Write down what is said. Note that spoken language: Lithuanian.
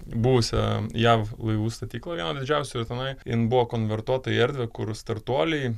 buvusią jav laivų statyklą vieną didžiausių tenai jin buvo konvertuota į erdvę kur startuoliai